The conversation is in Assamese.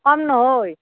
কম নহয়